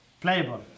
Playable